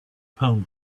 palm